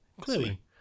Clearly